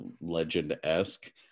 legend-esque